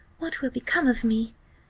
what will become of me?